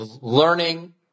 learning